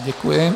Děkuji.